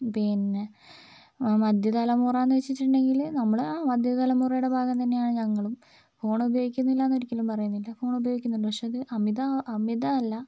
പിന്നെ മധ്യതലമുറ വെച്ചിട്ടുണ്ടെങ്കില് നമ്മള് അ മധ്യതലമുറയുടെ ഭാഗം തന്നെയാണ് ഞങ്ങളും ഫോൺ ഉപയോഗിക്കുന്നില്ല എന്ന് ഒരിക്കലും പറയുന്നില്ല ഫോൺ ഉപയോഗിക്കുന്നുണ്ട് പക്ഷേ അത് അമിതം അമിതം അല്ല